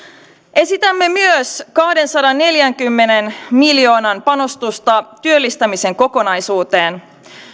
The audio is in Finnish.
esitämme myös kahdensadanneljänkymmenen miljoonan panostusta työllistämisen kokonaisuuteen